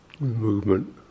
Movement